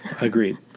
Agreed